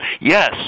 Yes